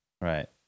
Right